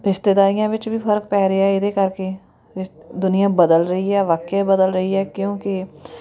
ਰਿਸ਼ਤੇਦਾਰੀਆਂ ਵਿੱਚ ਵੀ ਫਰਕ ਪੈ ਰਿਹਾ ਇਹਦੇ ਕਰਕੇ ਰਿ ਦੁਨੀਆਂ ਬਦਲ ਰਹੀ ਆ ਵਾਕਿਆ ਬਦਲ ਰਹੀ ਆ ਕਿਉਂਕਿ